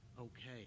okay